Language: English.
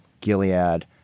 Gilead